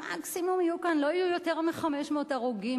לא יהיו יותר מ-500 הרוגים,